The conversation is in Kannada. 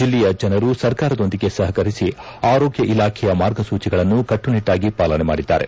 ಜಿಲ್ಲೆಯ ಜನರು ಸರ್ಕಾರದೊಂದಿಗೆ ಸಪಕರಿಸಿ ಆರೋಗ್ಯ ಇಲಾಖೆಯ ಮಾರ್ಗಸೂಚಿಗಳನ್ನು ಕಟ್ವುನಿಟ್ಟಾಗಿ ಪಾಲನೆ ಮಾಡಿದ್ದಾರೆ